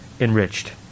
enriched